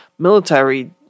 military